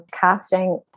casting